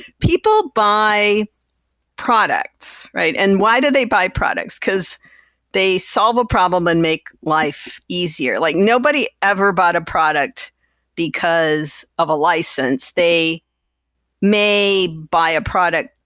people buy products. and why do they buy products? because they solve a problem and make life easier. like nobody ever bought a product because of a license. they may buy a product,